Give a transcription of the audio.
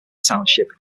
township